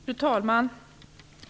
Fru talman!